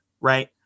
right